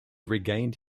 regained